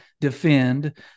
defend